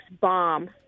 bomb